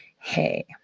Hey